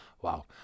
Wow